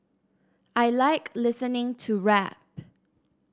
I like listening to rap